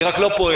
היא רק לא פועלת.